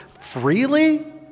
freely